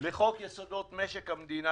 לחוק-יסוד: משק המדינה,